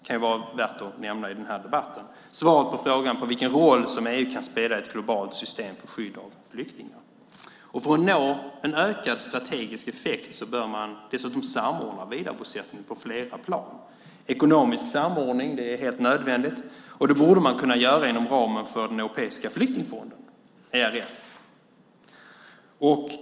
Det kan vara värt att nämna i denna debatt som svar på frågan vilken roll som EU kan spela i ett globalt system för skydd av flyktingar. För att nå en ökad strategisk effekt bör man dessutom samordna vidarebosättning på flera plan. Ekonomisk samordning är helt nödvändig. Det borde man kunna göra inom ramen för Europeiska flyktingfonden, ERF.